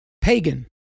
pagan